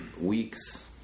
weeks